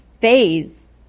phase